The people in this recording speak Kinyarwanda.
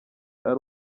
ari